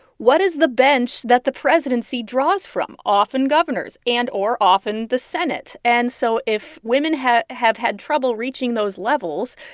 what is the bench that the presidency draws from? often governors and-or often the senate. and so if women have have had trouble reaching those levels,